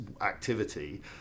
activity